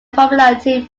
popularity